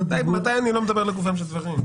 מתי אני לא מדבר לגופם של דברים?